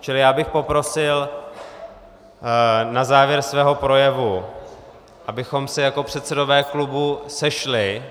Čili já bych poprosil na závěr svého projevu, abychom se jako předsedové klubu sešli